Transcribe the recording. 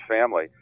family